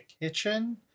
kitchen